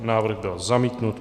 Návrh byl zamítnut.